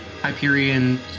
Hyperion